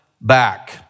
Back